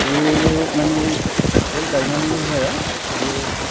बै माने अखल गायनानैल' जाया बे